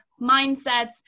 mindsets